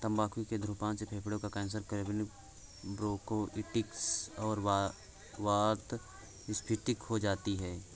तंबाकू के धूम्रपान से फेफड़ों का कैंसर, क्रोनिक ब्रोंकाइटिस और वातस्फीति हो सकती है